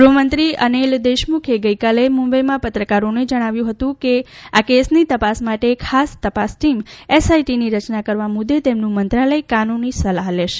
ગૃહમંત્રી અનિલ દેશમુખે ગઇકાલે મુંબઇમાં પત્રકારોને જણાવ્યું હતું કે આ કેસની તપાસ માટે ખાસ તપાસ ટીમ ડાાની રચના કરવા મુદ્દે તેમનું મંત્રાલય કાનૂની સલાહ લેશે